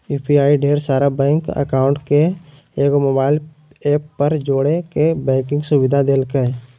UPI ढेर सारा bank account के एक मोबाइल ऐप पर जोड़े के बैंकिंग सुविधा देलकै